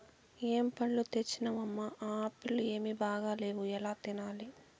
ఏం పండ్లు తెచ్చినవమ్మ, ఆ ఆప్పీల్లు ఏమీ బాగాలేవు ఎలా తినాలి